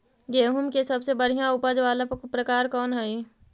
गेंहूम के सबसे बढ़िया उपज वाला प्रकार कौन हई?